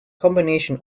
combination